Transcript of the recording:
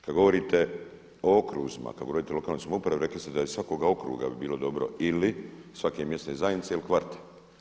Kada govorite o okruzima, kada govorite o lokalnoj samoupravi rekli ste da je iz svakoga okruga bi bilo dobro ili svake mjesne zajednice ili kvarta.